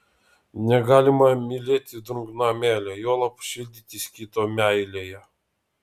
negalima mylėti drungna meile juolab šildytis kito meilėje